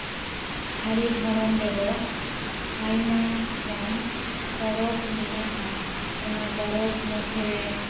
ᱥᱟᱹᱨᱤ ᱫᱷᱚᱨᱚᱢ ᱨᱮᱫᱚ ᱟᱭᱢᱟ ᱜᱟᱱ ᱯᱚᱨᱚᱵ ᱢᱮᱱᱟᱜᱼᱟ ᱚᱱᱟ ᱯᱚᱨᱚᱵ ᱢᱚᱫᱽᱫᱷᱮ ᱨᱮ